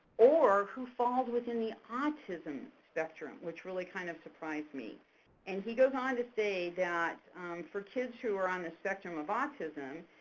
or who falls within the autism spectrum, which really kind of surprised me and he goes on to say that for kids who are on the spectrum of autism,